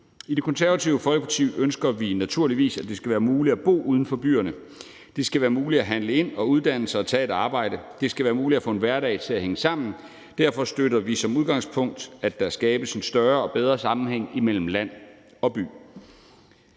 I Det Konservative Folkeparti ønsker vi naturligvis, at det skal være muligt at bo uden for byerne. Det skal være muligt at handle ind og uddanne sig og tage et arbejde. Det skal være muligt at få en hverdag til at hænge sammen. Derfor støtter vi som udgangspunkt, at der skabes en større og bedre sammenhæng imellem land og by,